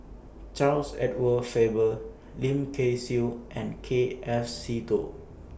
Charles Edward Faber Lim Kay Siu and K F Seetoh